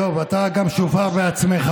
עזוב, אתה גם שופר בעצמך.